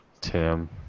Tim